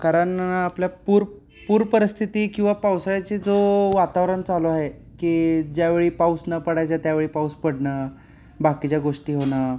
कारण आपल्या पूर पूर परिस्थिती किंवा पावसाळ्याची जो वातावरण चालू आहे की ज्यावेळी पाऊस न पडायच्या त्यावेळी पाऊस पडणं बाकीच्या गोष्टी होणं